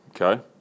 Okay